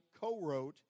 co-wrote